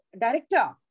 director